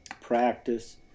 practice